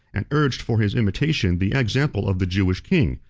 and urged for his imitation the example of the jewish king,